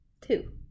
Two